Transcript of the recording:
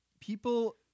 People